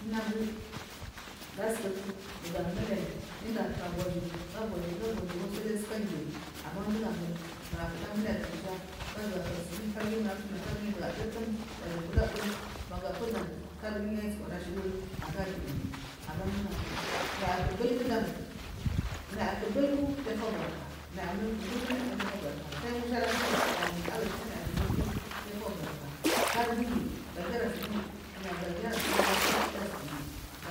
Munagu ya sukuku ga mulayi gu gushu ga gushu waja suka angiyu mai ban dugu amala magu kura mula damja guzuwa hiri kari guyi nadanya guwa luri kan giyi dugu adi ina dudum maja kura awul magu ufu dam ja ayi tsuwa ara studur aga didi mai naya ku bulk u dam iju afubaka naya kubul naya bul iju afubarkar sai ngushari afayikku iju afubarka kari goyi ga giyari suyiyi sugiji wasu ka chidi azubu mai gu